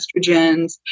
estrogens